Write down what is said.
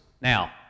Now